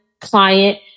client